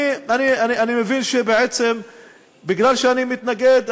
אני מבין שבעצם מפני שאני מתנגד,